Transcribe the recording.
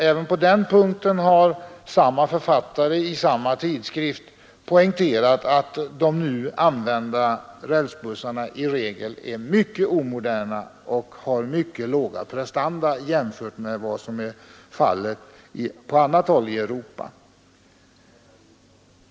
Även på den punkten har samme författare i samma tidskrift poängterat att de nu använda rälsbussarna i regel är mycket omoderna och har mycket låga prestanda jämfört med vad som är fallet på annat håll i Europa.